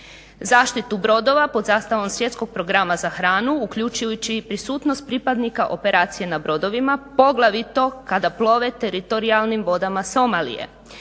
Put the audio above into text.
zaštitu brodova pod zastavom Svjetskog programa za hranu uključujući i prisutnost pripadnika operacije na brodovima poglavito kada plove teritorijalnim vodama Somalije,